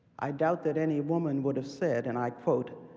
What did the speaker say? i doubt that any woman would have said, and i quote,